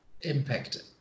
impact